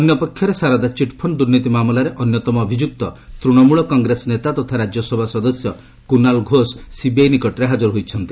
ଅନ୍ୟପକ୍ଷରେ ଶାରଦା ଚିଟ୍ଫଶ୍ଡ ଦୁର୍ନୀତି ମାମଲାରେ ଅନ୍ୟତମ ଅଭିଯୁକ୍ତ ତୃଣମୂଳ କଂଗ୍ରେସ ନେତା ତଥା ରାଜ୍ୟସଭା ସଦସ୍ୟ କୁନାଲ ଘୋଷ ସିବିଆଇ ନିକଟରେ ହାଜର ହୋଇଛନ୍ତି